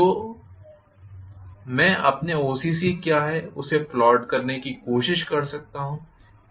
तो मैं अपने OCC क्या है उसे प्लॉट करने की कोशिश कर सकता हूं